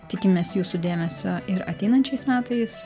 tikimės jūsų dėmesio ir ateinančiais metais